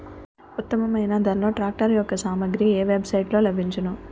ఉత్తమమైన ధరలో ట్రాక్టర్ యెక్క సామాగ్రి ఏ వెబ్ సైట్ లో లభించును?